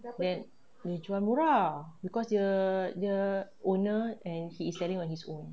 then dia jual murah because the the owner and he is selling on his own